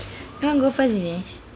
you want go first vinesh